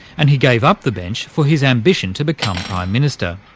and he gave up the bench for his ambition to become prime minister.